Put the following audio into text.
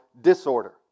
disorder